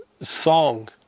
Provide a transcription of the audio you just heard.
Song